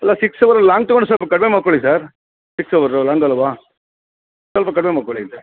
ಇಲ್ಲ six hour long ತಗೊಂಡು ಸ್ವಲ್ಪ ಕಡಿಮೆ ಮಾಡಿಕೊಳ್ಳಿ ಸರ್ ಸಿಕ್ಸ್ ಹವರು ಲಾಂಗಲ್ವಾ ಸ್ವಲ್ಪ ಕಡಿಮೆ ಮಾಡಿಕೊಳ್ಳಿ ಸರ್